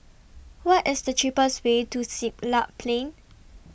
What IS The cheapest Way to Siglap Plain